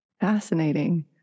Fascinating